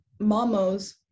mamos